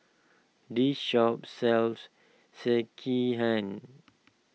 this shop sells Sekihan